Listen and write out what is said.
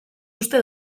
uste